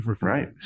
Right